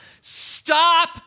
stop